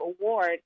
award